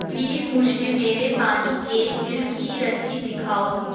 please مجھے میرے پانی کے بل کی رسید دکھاؤ